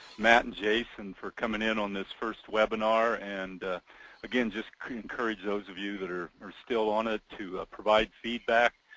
matt and jason for coming in on this first webinar and again just encourage those of you that are are still on it to provide feedback,